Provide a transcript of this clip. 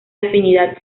afinidad